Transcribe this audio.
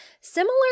Similar